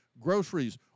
groceries